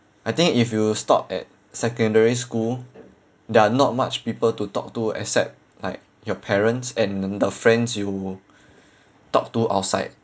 I think if you stop at secondary school there are not much people to talk to except like your parents and the friends you talk to outside